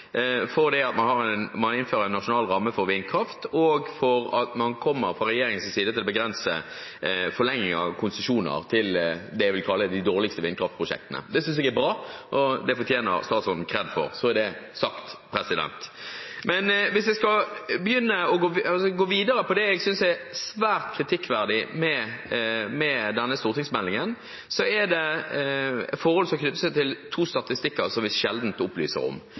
konsesjonsbehandling, for at man innfører en nasjonal ramme for vindkraft, og for at man fra regjeringens side kommer til å begrense forlengelsen av konsesjoner til det jeg vil kalle de dårligste vindkraftprosjektene. Det synes jeg er bra, og det fortjener statsråden kreditt for – så er det sagt. Hvis jeg skal gå videre på det jeg synes er svært kritikkverdig med denne stortingsmeldingen, er det forhold som knytter seg til to statistikker som vi sjelden opplyser om.